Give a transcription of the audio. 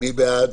מי בעד?